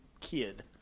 Kid